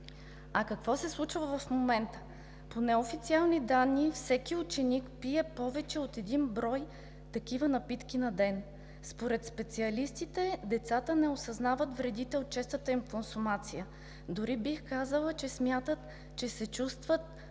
А какво се случва в момента? По неофициални данни всеки ученик пие повече от един брой такива напитки на ден. Според специалистите децата не осъзнават вредите от честата им консумация, дори бих казала, че смятат, че се чувстват